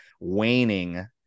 waning